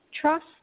trust